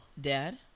dad